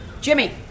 Jimmy